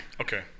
okay